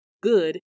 good